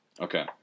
Okay